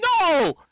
No